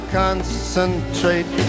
concentrate